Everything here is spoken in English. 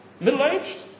Middle-aged